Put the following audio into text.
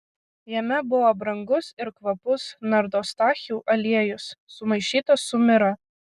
jame buvo brangus ir kvapus nardostachių aliejus sumaišytas su mira